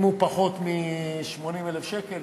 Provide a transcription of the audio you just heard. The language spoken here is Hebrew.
אם הוא פחות מ-80,000 שקל,